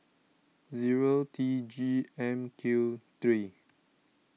zero T G M Q three